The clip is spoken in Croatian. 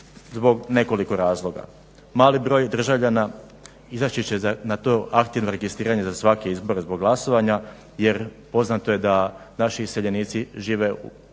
Zbog nekoliko razloga. Mali broj državljana izaći će na to aktivno registriranje za svake izbore zbog glasovanja jer poznato je da naši iseljenici žive u